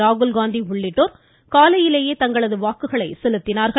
ராகுல் காந்தி உள்ளிட்டோர் அதிகாலையிலேயே தங்களது வாக்குகளை செலுத்தினார்கள்